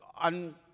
on